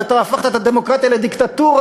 ואתה הפכת את הדמוקרטיה לדיקטטורה,